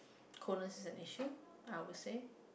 coolant is an issue I would say